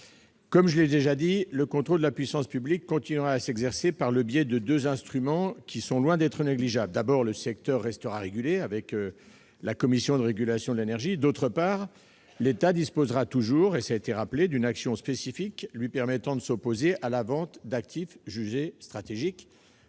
... Je l'ai déjà dit, le contrôle de la puissance publique continuera à s'exercer par le biais de deux instruments qui sont loin d'être négligeables : d'une part, le secteur restera régulé sous l'égide de la Commission de régulation de l'énergie, la CRE ; d'autre part, l'État disposera toujours, et cela a été rappelé, d'une action spécifique lui permettant de s'opposer à la vente d'actifs jugés stratégiques.